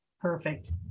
Perfect